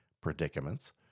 predicaments